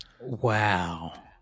wow